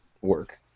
work